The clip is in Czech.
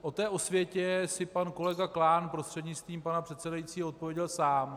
O té osvětě si pan kolega Klán prostřednictvím pana předsedajícího odpověděl sám.